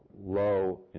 low